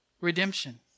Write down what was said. redemption